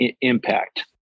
impact